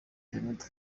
jeannette